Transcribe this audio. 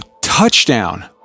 Touchdown